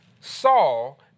Saul